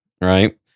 Right